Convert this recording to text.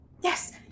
Yes